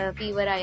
fever